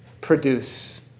produce